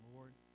Lord